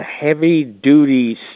heavy-duty